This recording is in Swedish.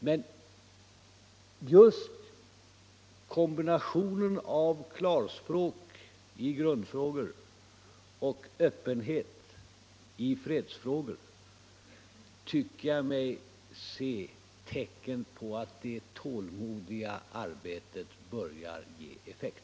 Men just i kombinationen klarspråk i grundfrågor och öppenhet i fredsfrågor tycker jag mig se tecken på att det tålmodiga arbetet börjar ge effekt.